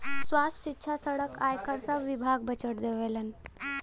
स्वास्थ्य, सिक्षा, सड़क, आयकर सब विभाग बजट देवलन